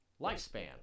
lifespan